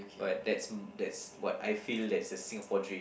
but that's that's what I feel that's a Singapore dream